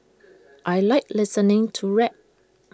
I Like listening to rap